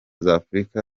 z’afurika